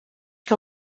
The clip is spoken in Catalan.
que